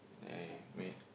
that I made